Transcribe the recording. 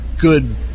good